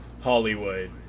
Hollywood